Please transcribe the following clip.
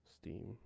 Steam